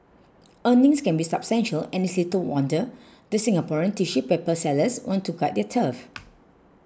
earnings can be substantial and it is little wonder the Singaporean tissue paper sellers want to guard their turf